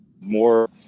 more